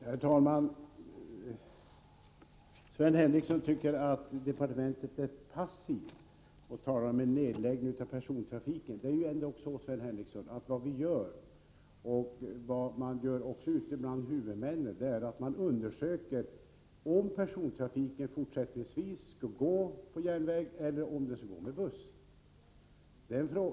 Herr talman! Sven Henricsson tycker att departementet är passivt, och han talar om en nedläggning av persontrafiken på en del bandelar. Men vad vi gör, Sven Henricsson — och det gör man också ute bland huvudmännen — det är att undersöka om persontrafiken fortsättningsvis skall bedrivas med järnväg eller med buss.